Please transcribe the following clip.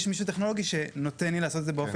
משהו טכנולוגי שנותן לי לעשות את זה באופן